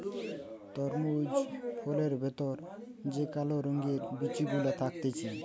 তরমুজ ফলের ভেতর যে কালো রঙের বিচি গুলা থাকতিছে